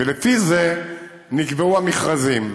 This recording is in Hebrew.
ולפי זה נקבעו המכרזים.